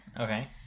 Okay